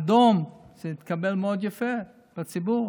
אדום, זה התקבל מאוד יפה בציבור,